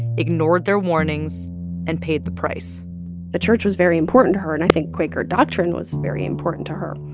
ignored their warnings and paid the price the church was very important to her, and i think quaker doctrine doctrine was very important to her.